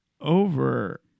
Over